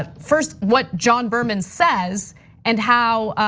ah first what john berman says and how